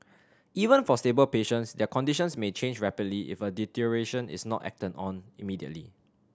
even for stable patients their conditions may change rapidly if a deterioration is not acted on immediately